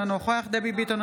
אינו נוכח דבי ביטון,